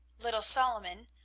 little solomon,